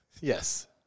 Yes